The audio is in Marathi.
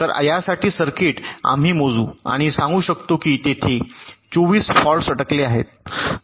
तर यासाठी सर्किट आम्ही मोजू आणि सांगू शकतो की तेथे 24 फॉल्ट्स अडकले आहेत